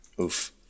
Oof